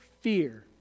fear